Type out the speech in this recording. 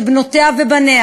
שבנותיה ובניה